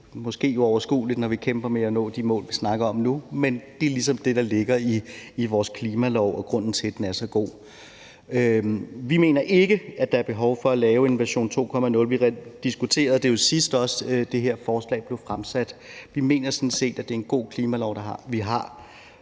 virke uoverskueligt, når vi kæmper med at nå de mål, vi snakker om nu, men det er ligesom det, der ligger i vores klimalov, og det er grunden til, at den er så god. Vi mener ikke, at der er behov for at lave en version 2.0. Vi diskuterede det også, sidst det her forslag blev fremsat. Vi mener sådan set, at det er en god klimalov, vi har.